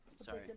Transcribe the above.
Sorry